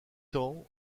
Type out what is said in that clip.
temps